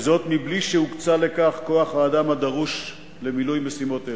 וזאת מבלי שהוקצה לכך כוח-האדם הדרוש למילוי משימות אלה.